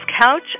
Couch